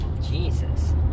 Jesus